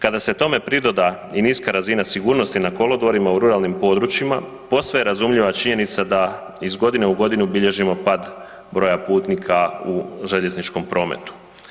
Kada se tome pridoda i niska razina sigurnosti na kolodvorima u ruralnim područjima, posve je razumljiva činjenica da iz godine u godinu bilježimo pad broja putnika u željezničkom prometu.